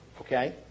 Okay